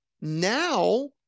Now